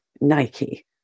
Nike